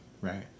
right